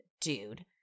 dude